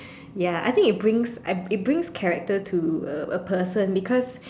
ya I think it brings uh it brings character to a a person because